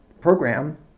program